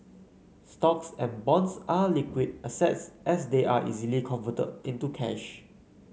stocks and bonds are liquid assets as they are easily converted into cash